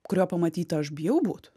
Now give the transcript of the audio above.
kurio pamatyta aš bijau būt